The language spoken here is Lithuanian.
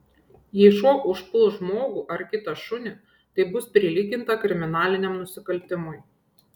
jei šuo užpuls žmogų ar kitą šunį tai bus prilyginta kriminaliniam nusikaltimui